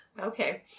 okay